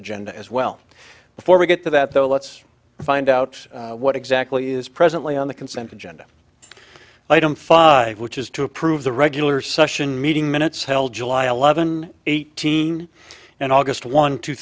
agenda as well before we get to that though let's find out what exactly is presently on the consent agenda item five which is to approve the regular session meeting minutes held july eleven eighteen and august one two